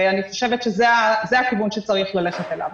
אני חושבת שזה הכיוון שצריך ללכת אליו.